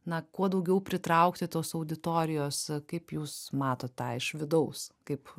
na kuo daugiau pritraukti tos auditorijos kaip jūs matot tą iš vidaus kaip